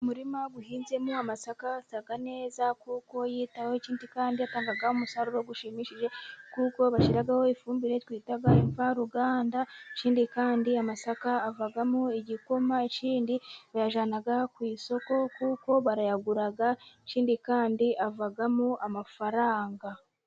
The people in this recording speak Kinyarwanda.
Umurima uhinzemo amasaka asa neza kuko yitabwaho, ikindi kandi atanga umusaruro ushimishije kuko bashyiraho ifumbire twita imvaruganda, ikindi kandi amasaka avamo igikoma, ikindi kandi bayajyana ku isoko kuko barayagura ikindi kandi avamo amafaranga.